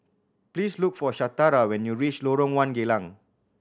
please look for Shatara when you reach Lorong One Geylang